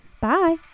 Bye